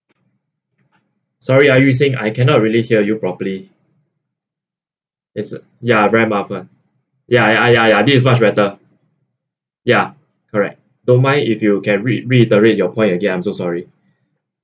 sorry ya yu sing I cannot really hear you properly is ya very mafan ya ya ya ya this is much better ya correct don't mind if you can re~ re~ reiterate your point again I'm so sorry